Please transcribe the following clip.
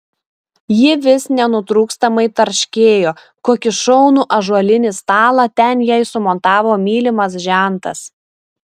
ji vis nenutrūkstamai tarškėjo kokį šaunų ąžuolinį stalą ten jai sumontavo mylimas žentas